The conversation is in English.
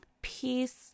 peace